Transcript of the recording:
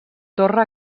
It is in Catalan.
torre